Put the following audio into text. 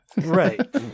Right